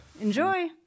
Enjoy